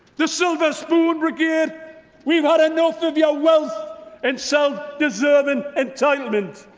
the silver spoon brigade we've had enough of your wealth and so self-deserving entitlement.